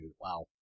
wow